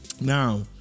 Now